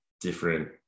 Different